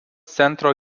centro